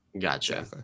Gotcha